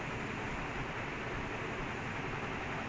milan வந்து:vanthu almost like five years ஆச்சு:aachu like